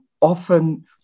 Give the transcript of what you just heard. often